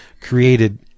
created